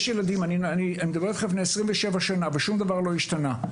אני מדבר אתכם לפני 27 שנה ושום דבר לא השתנה.